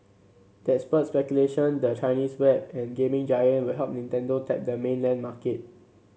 that spurred speculation the Chinese web and gaming giant will help Nintendo tap the mainland market